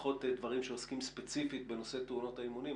ופחות דברים שעוסקים ספציפית בנושא תאונות האימונים.